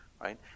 Right